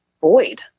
void